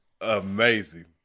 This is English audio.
amazing